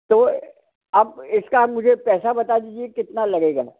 तो अब इसका आप मुझे पैसा बता दीजिए कितना लगेगा